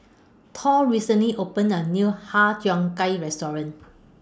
Thor recently opened The New Har Cheong Gai Restaurant